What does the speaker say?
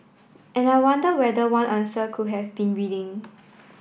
and I wonder whether one answer could have been reading